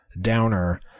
downer